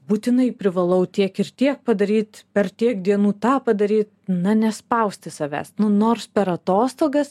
būtinai privalau tiek ir tiek padaryt per tiek dienų tą padaryt na nespausti savęs nu nors per atostogas